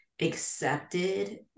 accepted